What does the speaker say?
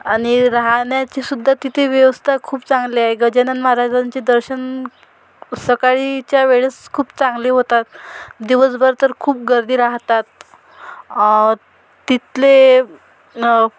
आणि राहण्याची सुद्धा तिथे व्यवस्था खूप चांगली आहे गजानन महाराजांचे दर्शन सकाळीच्या वेळेस खूप चांगले होतात दिवसभर तर खूप गर्दी राहतात तिथले